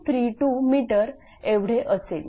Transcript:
232 m एवढे असेल